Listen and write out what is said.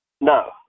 No